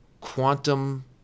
quantum